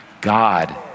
God